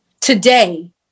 Today